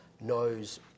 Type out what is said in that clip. knows